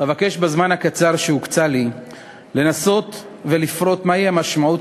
אבקש בזמן הקצר שהוקצה לי לנסות ולפרט מהי המשמעות